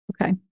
Okay